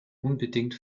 unbedingt